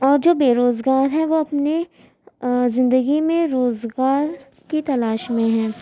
اور جو بےروزگار ہیں وہ اپنی زندگی میں روزگار کی تلاش میں ہیں